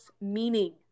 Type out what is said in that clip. meaning